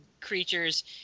creatures